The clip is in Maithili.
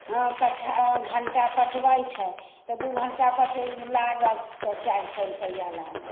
कट्ठा घण्टा पटबै छै तऽ दू घण्टा पटौनी लागल तऽ चारि सए रुपैआ लागल